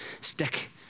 stick